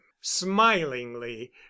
smilingly